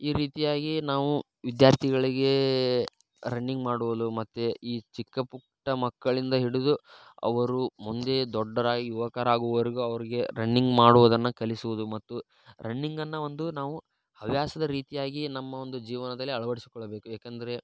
ಈ ರೀತಿಯಾಗಿ ನಾವು ವಿದ್ಯಾರ್ಥಿಗಳಿಗೇ ರನ್ನಿಂಗ್ ಮಾಡುವಲು ಮತ್ತು ಈ ಚಿಕ್ಕ ಪುಟ್ಟ ಮಕ್ಕಳಿಂದ ಹಿಡಿದು ಅವರು ಮುಂದೆ ದೊಡ್ಡರಾಗಿ ಯುವಕರಾಗುವರಗು ಅವ್ರಿಗೆ ರನ್ನಿಂಗ್ ಮಾಡುವುದನ್ನು ಕಲಿಸುವುದು ಮತ್ತು ರನ್ನಿಂಗನ್ನು ಒಂದು ನಾವು ಹವ್ಯಾಸದ ರೀತಿಯಾಗಿ ನಮ್ಮ ಒಂದು ಜೀವನದಲ್ಲಿ ಅಳವಡಿಸಿಕೊಳ್ಳಬೇಕು ಯಾಕಂದ್ರೆ